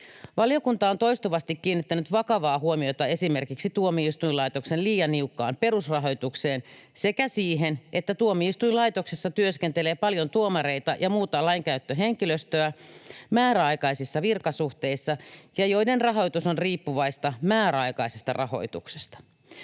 Valiokunta on toistuvasti kiinnittänyt vakavaa huomiota esimerkiksi tuomioistuinlaitoksen liian niukkaan perusrahoitukseen sekä siihen, että tuomioistuinlaitoksessa työskentelee paljon tuomareita ja muuta lainkäyttöhenkilöstöä määräaikaisissa virkasuhteissa, joiden rahoitus on riippuvaista määräaikaisesta rahoituksesta.